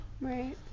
Right